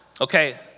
Okay